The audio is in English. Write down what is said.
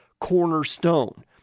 cornerstone